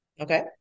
Okay